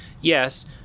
Yes